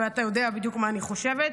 ואתה יודע בדיוק מה אני חושבת.